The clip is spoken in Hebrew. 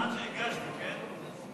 את יודעת שהגשתי, כן?